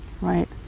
right